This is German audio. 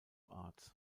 arts